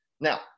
Now